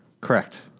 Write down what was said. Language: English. Correct